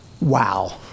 wow